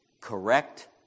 correct